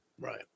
Right